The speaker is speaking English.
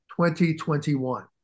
2021